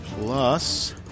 plus